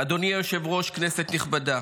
אדוני היושב-ראש, כנסת נכבדה.